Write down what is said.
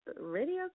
radio